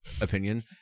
opinion